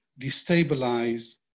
destabilize